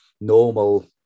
normal